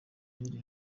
yari